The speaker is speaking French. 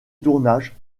tournage